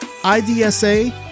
IDSA